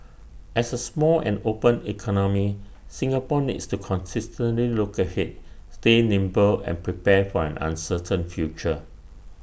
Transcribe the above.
as A small and open economy Singapore needs to consistently look ahead stay nimble and prepare for an uncertain future